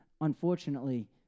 unfortunately